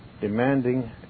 demanding